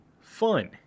fun